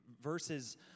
verses